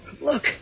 Look